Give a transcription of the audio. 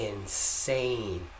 insane